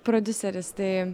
prodiuseris tai